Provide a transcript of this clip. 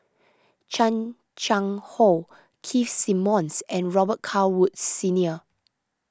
Chan Chang How Keith Simmons and Robet Carr Woods Senior